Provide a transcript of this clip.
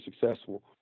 successful